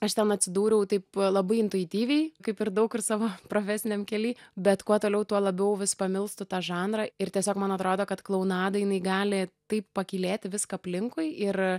aš ten atsidūriau taip labai intuityviai kaip ir daug kur savo profesiniam kely bet kuo toliau tuo labiau vis pamilstu tą žanrą ir tiesiog man atrodo kad klounada jinai gali taip pakylėti viską aplinkui ir